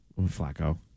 Flacco